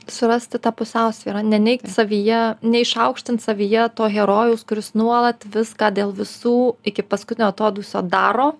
surasti tą pusiausvyrą neneigt savyje neišaukštint savyje to herojaus kuris nuolat viską dėl visų iki paskutinio atodūsio daro